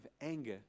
anger